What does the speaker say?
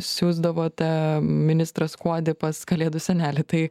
siųsdavote ministrą skuodį pas kalėdų senelį tai